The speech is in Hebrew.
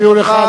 הפריעו לך,